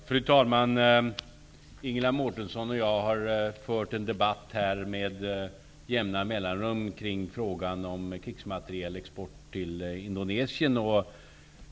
Fru talman! Ingela Mårtensson och jag har med jämna mellanrum fört en debatt kring frågan om krigsmaterielexport till Indonesien.